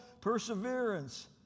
perseverance